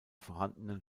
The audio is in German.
vorhandenen